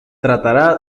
tratará